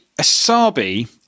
Asabi